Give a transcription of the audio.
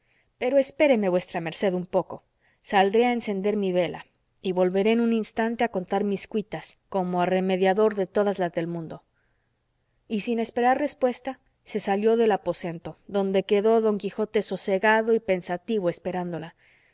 pero espéreme vuestra merced un poco saldré a encender mi vela y volveré en un instante a contar mis cuitas como a remediador de todas las del mundo y sin esperar respuesta se salió del aposento donde quedó don quijote sosegado y pensativo esperándola